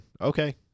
Okay